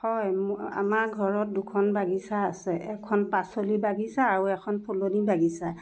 হয় ম আমাৰ ঘৰত দুখন বাগিচা আছে এখন পাচলি বাগিচা আৰু এখন ফুলনি বাগিচা